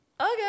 okay